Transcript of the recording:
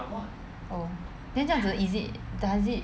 oh then 这样子 is it does it